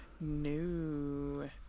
No